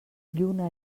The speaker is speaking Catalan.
lluna